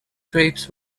drapes